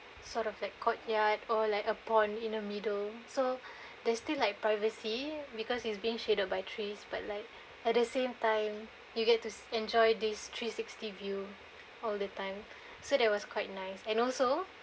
sort of that courtyard or like a pond in the middle so they still like privacy because it's being shaded by trees but like at the same time you get to s~ enjoy these three sixty view all the time so that was quite nice and also